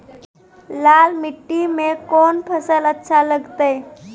लाल मिट्टी मे कोंन फसल अच्छा लगते?